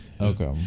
Okay